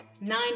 nine